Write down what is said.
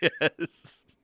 Yes